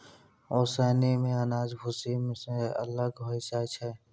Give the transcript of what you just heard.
ओसौनी सें अनाज भूसी सें अलग होय जाय छै